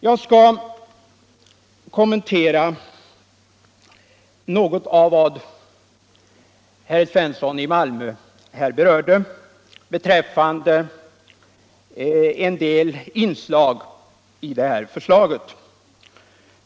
Jag skall kommentera något av vad herr Svensson i Malmö sade beträffande en del inslag i det här förslaget.